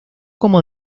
como